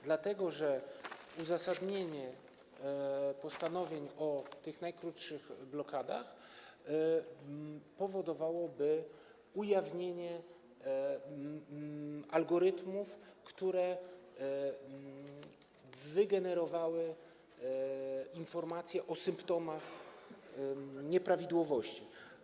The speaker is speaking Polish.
Dlatego że uzasadnienie postanowień o tych najkrótszych blokadach powodowałoby ujawnienie algorytmów, które wygenerowały informacje o symptomach nieprawidłowości.